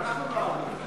גם אנחנו לא אהבנו את זה.